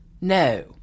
No